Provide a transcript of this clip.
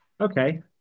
Okay